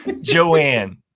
Joanne